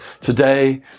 Today